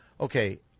Okay